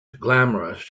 glamorous